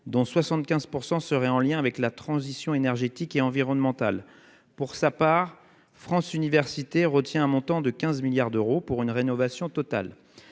liées aux exigences de la transition énergétique et environnementale. Pour sa part, France Universités retient un montant de 15 milliards d'euros pour une rénovation totale.